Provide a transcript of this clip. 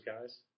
guys